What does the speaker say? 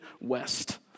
West